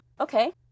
okay